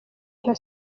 nka